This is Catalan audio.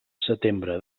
setembre